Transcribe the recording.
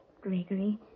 Gregory